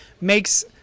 makes